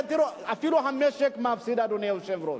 תראו, אפילו המשק מפסיד, אדוני היושב-ראש.